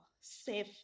safe